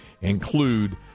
include